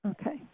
Okay